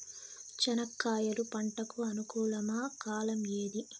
చెనక్కాయలు పంట కు అనుకూలమా కాలం ఏది?